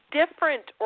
different